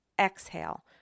exhale